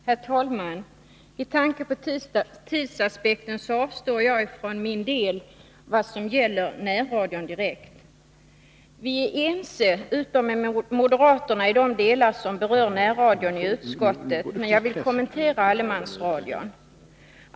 Herr talman! Med tanke på tidsaspekten avstår jag från att kommentera närradion. I utskottet är vi, förutom moderaterna, ense i de delar som rör närradion. Jag vill därför kommentera allemansradion.